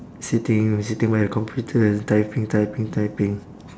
sitting sitting by the computer and typing typing typing